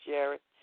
Jared